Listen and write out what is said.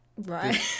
right